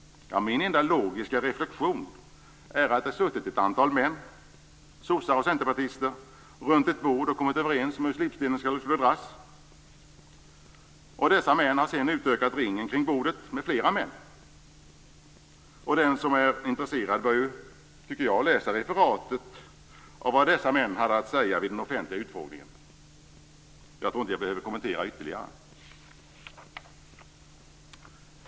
Min enda logiska reflexion är att det har suttit ett antal män, sossar och centerpartister, runt ett bord och kommit överens om hur slipstenen skall dras. Dessa män har sedan utökat ringen kring bordet med flera män. Den som är intresserad bör ju, tycker jag, läsa referatet av vad dessa män hade att säga vid den offentliga utfrågningen. Jag tror inte att jag behöver kommentera ytterligare.